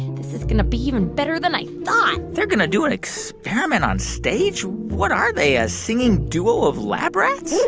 this is going to be even better than i thought they're going to do an experiment on stage? what are they, a singing duo of lab rats?